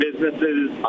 businesses